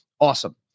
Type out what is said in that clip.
awesome